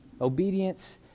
Obedience